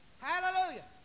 Hallelujah